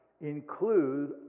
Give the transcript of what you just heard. include